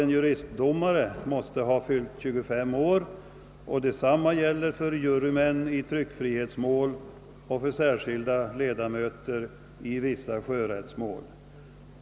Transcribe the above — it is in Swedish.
En juristdomare skall ha fyllt 25 år och detsamma gäller för jurymän i tryckfrihetsmål och för särskilda ledamöter i vissa sjörättsmål.